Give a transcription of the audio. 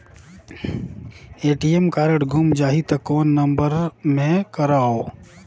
ATM card गुम जाही त कौन नम्बर मे करव?